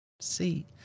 See